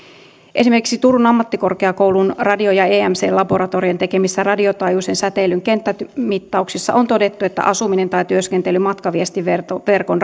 esimerkiksi turun ammattikorkeakoulun radio ja emc laboratorion tekemissä radiotaajuuden säteilyn kenttämittauksissa on todettu että asuminen tai työskentely matkaviestinverkon